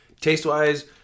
Taste-wise